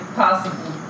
possible